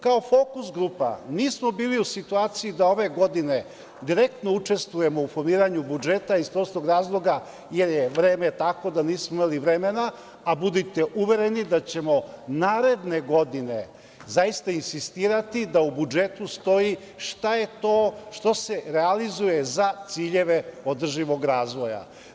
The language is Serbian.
Kao fokus grupa nismo bili u situaciji da ove godine direktno učestvujemo u formiranju budžeta, iz prostog razloga jer je vreme takvo da nismo imali vremena, a budite uvereni da ćemo naredne godine zaista insistirati da u budžetu stoji šta je to što se realizuje za ciljeve održivog razvoja.